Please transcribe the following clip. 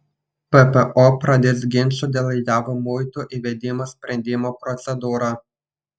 ppo pradės ginčų dėl jav muitų įvedimo sprendimo procedūrą